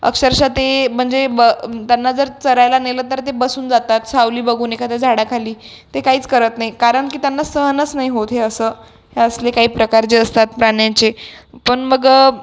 अक्षरश ते म्हणजे ब त्यांना जर चरायला नेलं तर ते बसून जातात सावली बघून एखाद्या झाडाखाली ते कहीच करत नाही कारण की त्यांना सहनच नाही होत हे असं हे असले काही प्रकार जे असतात प्राण्यांचे पण मग